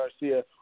Garcia